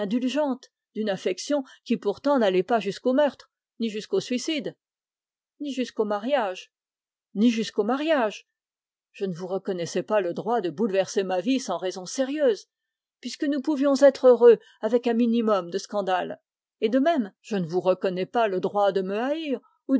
indulgente d'une affection qui pourtant ne va jusqu'au meurtre ni jusqu'au suicide ni jusqu'au mariage ni jusqu'au mariage je ne vous reconnaissais pas le droit de bouleverser ma vie sans raison sérieuse puisque nous pouvions être heureux autrement et de même je ne me reconnais pas le droit de